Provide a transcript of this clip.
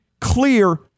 clear